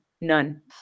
None